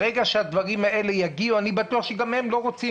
ברגע שהדברים האלה יגיעו אני בטוח שגם הם לא רוצים,